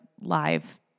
live